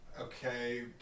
Okay